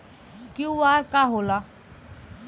QR का होला?